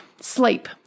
Sleep